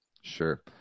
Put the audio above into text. Sure